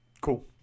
Cool